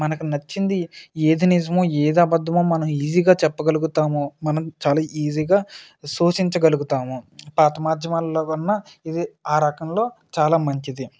మనకు నచ్చింది ఏది నిజమో ఏది అబద్దమో మనం ఈజీగా చెప్పగలుగుతాము మనం చాలా ఈజీగా సూచించగలుగుతాము పాత మాధ్యమాలలో కన్నా ఇది ఆ రకంలో చాలా మంచిది